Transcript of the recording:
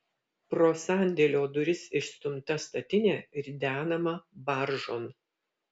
pro sandėlio duris išstumta statinė ridenama baržon